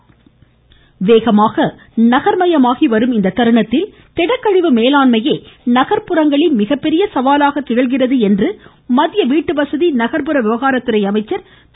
பூரி வேகமாக நகர்மயமாகி வரும் இத்தருணத்தில் திடக்கழிவு மேலாண்மையே நகர்ப்புறங்களில் மிகப்பெரிய சவாலாக திகழ்கிறது என்று மத்திய வீட்டுவசதி நகர்ப்புற விவகாரத்துறை அமைச்சர் திரு